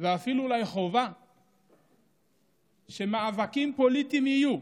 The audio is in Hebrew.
ואפילו אולי חובה שמאבקים פוליטיים יהיו,